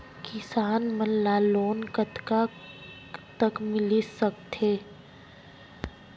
किसान मन ला लोन कतका तक मिलिस सकथे?